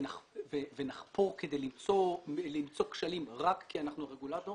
ונחפור כדי למצוא כשלים רק כי אנחנו רגולטור